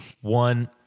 One